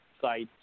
sites